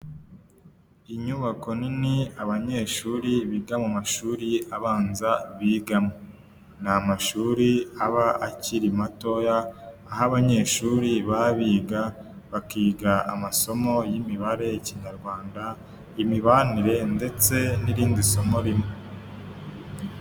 Inyubako nini abanyeshuri biga mu mashuri abanza bigamo. N'amashuri aba akiri matoya, aho abanyeshuri baba biga, bakiga amasomo y'imibare, ikinyarwanda, imibanire ndetse n'irindi somo rimwe.